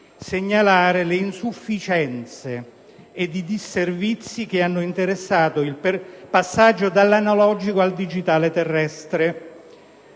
segnalare le insufficienze e i disservizi che hanno interessato il passaggio dall'analogico al digitale terrestre,